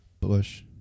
Bush